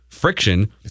Friction